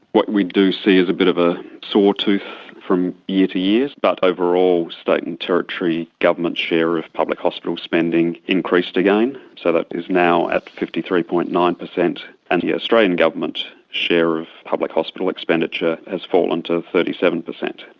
what we do see is a bit of a sawtooth from year to year, but overall state and territory government share of public hospital spending increased again. so that is now at fifty three. nine percent, and the australian government share of public hospital expenditure has fallen to thirty seven percent.